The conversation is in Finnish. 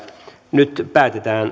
nyt päätetään